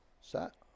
set